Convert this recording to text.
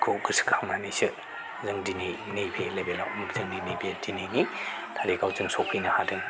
खौ गोसोखांनानैसो जों दिनै नैबे नोगोराव जोंनि नैबे दिनैनि थारिगआव जों सफैनो हादों